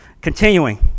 Continuing